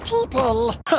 people